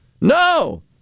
No